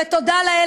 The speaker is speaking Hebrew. ותודה לאל,